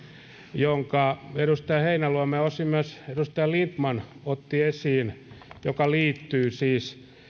jonka edustaja heinäluoma ja osin myös edustaja lindtman otti esiin joka liittyy siis